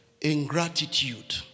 Ingratitude